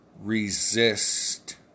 resist